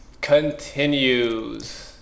continues